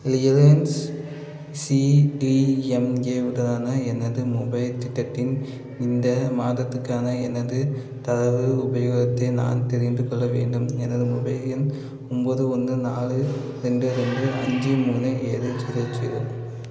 Reliance சிடிஎம்ஏவுக்கான எனது mobile திட்டத்தின் இந்த மாதத்துக்கான எனது தரவு உபயோகத்தை நான் தெரிந்துக்கொள்ள வேண்டும் எனது மொபைல் எண் ஒம்பது ஒன்று நாலு ரெண்டு ரெண்டு அஞ்சு மூணு ஏழு ஜீரோ ஜீரோ